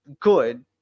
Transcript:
good